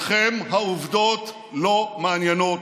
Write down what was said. אתכם העובדות לא מעניינות.